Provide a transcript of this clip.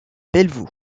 pelvoux